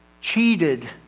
cheated